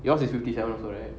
yours is fifty seven also right